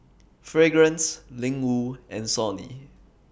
Fragrance Ling Wu and Sony